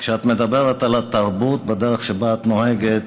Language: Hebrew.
כשאת מדברת על התרבות ובדרך שבה את נוהגת